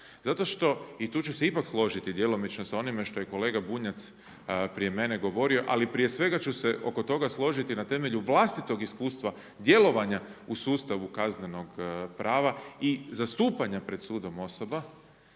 Zato što i tu ću se ipak složiti djelomično sa onime što je kolega Bunjac prije mene govorio, ali prije svega ću se oko toga složiti na temelju vlastitog iskustva djelovanja u sustavu kaznenog prava i zastupanja pred sudom osoba.